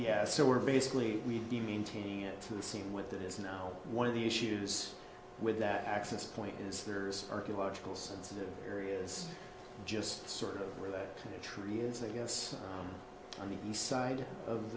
has so we're basically we'd be maintaining it to the same with that is now one of the issues with that access point is there is archaeological sensitive areas just sort of where the tree is i guess on the east side of